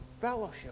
fellowship